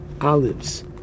olives